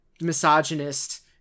misogynist